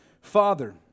Father